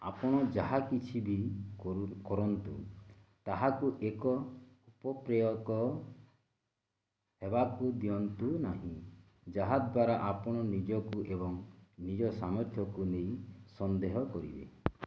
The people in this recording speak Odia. ଆପଣ ଯାହା କିଛି ବି କରୁ କରନ୍ତୁ ତାହାକୁ ଏକ ଉପପ୍ରେୟକ ହେବାକୁ ଦିଅନ୍ତୁ ନାହିଁ ଯାହାଦ୍ଵାରା ଆପଣ ନିଜକୁ ଏବଂ ନିଜ ସାମର୍ଥ୍ୟକୁ ନେଇ ସନ୍ଦେହ କରିବେ